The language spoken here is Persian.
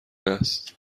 است